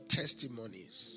testimonies